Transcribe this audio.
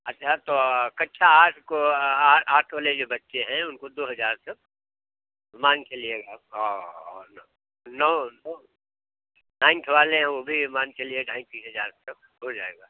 अच्छा तो कक्षा आठ को आठ वाले जो बच्चे हैं उनको दो हज़ार तक मान कर ले अहियें और नौ नाइंथ वाले हैं वह भी मान कर चलिए ढाई तीन हज़ार तक हो जाएगा